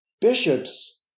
bishops